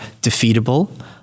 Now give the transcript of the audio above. defeatable